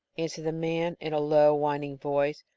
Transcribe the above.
answered the man, in a low, whining voice.